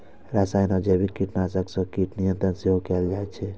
रसायन आ जैविक कीटनाशक सं कीट नियंत्रण सेहो कैल जाइ छै